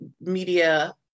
media